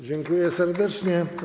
Dziękuję serdecznie.